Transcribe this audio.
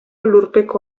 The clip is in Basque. lurpeko